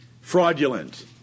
fraudulent